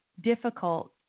difficult